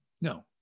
No